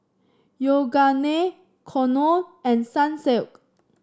Yoogane Knorr and Sunsilk